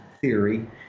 theory